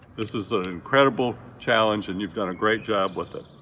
this is a incredible challenge and you've done a great job with it.